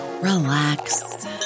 relax